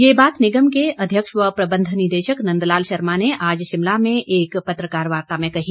यह बात निगम के अध्यक्ष व प्रबंध निदेशक नंदलाल शर्मा ने आज शिमला में एक पत्रकार वार्ता में कही